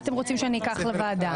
מה אתם רוצים שניקח לוועדה,